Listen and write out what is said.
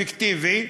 פיקטיבי,